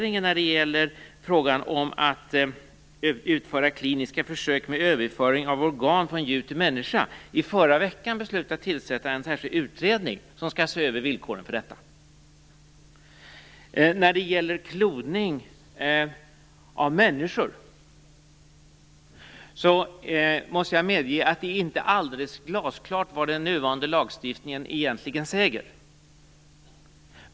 När det gäller frågan om att utföra kliniska försök med överföring av organ från djur till människa, har regeringen i förra veckan beslutat att tillsätta en särskild utredning som skall se över villkoren. När det gäller kloning av människor måste jag medge att det inte är alldeles glasklart vad den nuvarande lagstiftningen egentligen säger.